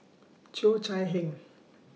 Cheo Chai Hiang